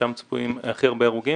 שם צפויים הכי הרבה הרוגים.